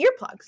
earplugs